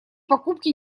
покупки